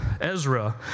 Ezra